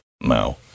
no